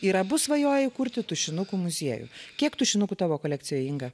ir abu svajoja įkurti tušinukų muziejų kiek tušinukų tavo kolekcijoj inga